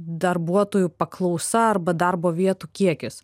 darbuotojų paklausa arba darbo vietų kiekis